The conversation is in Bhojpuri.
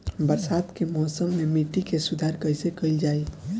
बरसात के मौसम में मिट्टी के सुधार कइसे कइल जाई?